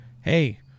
hey